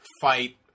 fight